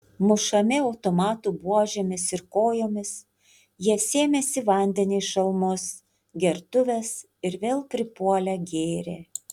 mušami automatų buožėmis ir kojomis jie sėmėsi vandenį į šalmus gertuves ir vėl pripuolę gėrė